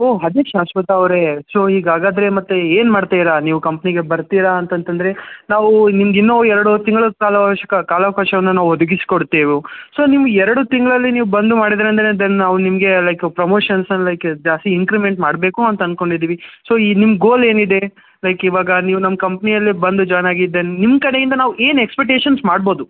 ಓ ಅದೇ ಶಾಶ್ವತ ಅವರೆ ಸೊ ಈಗ ಹಾಗಾದ್ರೆ ಮತ್ತು ಈಗ ಏನು ಮಾಡ್ತೀರಾ ನೀವು ಕಂಪ್ನಿಗೆ ಬರ್ತೀರ ಅಂತ ಅಂತ ಅಂದ್ರೆ ನಾವು ನಿಮ್ಗೆ ಇನ್ನೂ ಎರಡ್ವರೆ ತಿಂಗ್ಳು ಕಾಲವ್ಕಾಶ ಕಾಲಾವಕಾಶವನ್ನ ನಾವು ಒದಗಿಸಿ ಕೊಡ್ತೇವೆ ಸೊ ನಿಮ್ಗೆ ಎರಡು ತಿಂಗಳಲ್ಲಿ ನೀವು ಬಂದು ಮಾಡಿದ್ದೀರಿ ಅಂದರೆ ದೆನ್ ನಾವು ನಿಮಗೆ ಲೈಕ್ ಪ್ರಮೋಷನ್ಸ್ ಲೈಕೆ ಜಾಸ್ತಿ ಇನ್ಕ್ರಿಮೆಂಟ್ ಮಾಡಬೇಕು ಅಂತ ಅಂದ್ಕೊಂಡಿದ್ದೀವಿ ಸೊ ಈ ನಿಮ್ಮ ಗೋಲೇನಿದೆ ಲೈಕ್ ಇವಾಗ ನೀವು ನಮ್ಮ ಕಂಪ್ನಿಯಲ್ಲಿ ಬಂದು ಜಾಯಿನ್ ಆಗಿದೇನು ನಿಮ್ಮ ಕಡೆಯಿಂದ ನಾವು ಏನು ಎಕ್ಸೆಪ್ಟೇಷನ್ ಮಾಡ್ಬೋದು